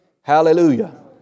Hallelujah